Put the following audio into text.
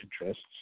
interests